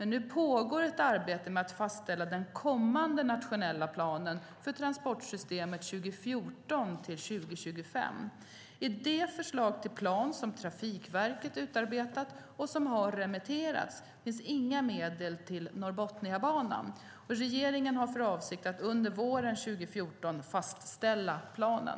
Nu pågår dock ett arbete med att fastställa den kommande nationella planen för transportsystemet 2014-2025. I det förslag till plan som Trafikverket utarbetat och som har remitterats finns inga medel till Norrbotniabanan. Regeringen har för avsikt att under våren 2014 fastställa planen.